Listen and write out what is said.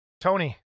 Tony